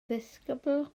ddisgybl